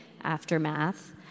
aftermath